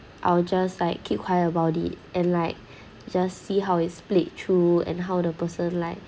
I'll just like keep quiet about it and like just see how it splits through and how the person like